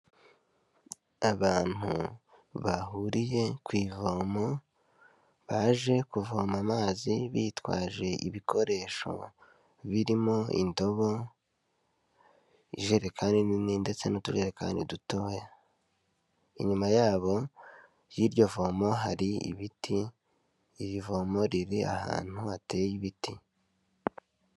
Abantu bahuriye ku ivomo, baje kuvoma amazi bitwaje ibikoresho birimo indobo, ijerekani nini ndetse n'utujerekani dutoya, inyuma yabo, y'iryo vomo hari ibiti, iri vomo riri ahantu hateye ibiti.